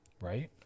right